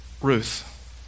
Ruth